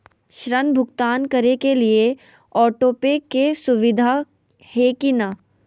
ऋण भुगतान करे के लिए ऑटोपे के सुविधा है की न?